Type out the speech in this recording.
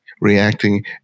reacting